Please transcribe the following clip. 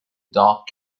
dark